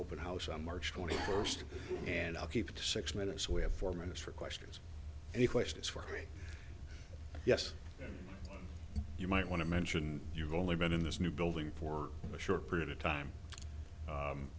open house on march twenty first and i'll keep it to six minutes we have four minutes for questions and the question is for me yes you might want to mention you've only been in this new building for a short period of time